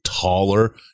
taller